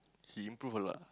he improve a lot